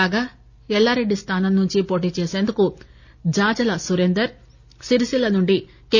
కాగా ఎల్లారెడ్డి స్థానం నుండి పోటీ చేసేందుకు జాజల సురేందర్ సిరిసిల్ల నుండి కె